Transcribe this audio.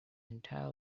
entire